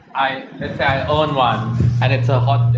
i own one and it's a hot day.